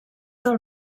del